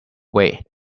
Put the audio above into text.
wait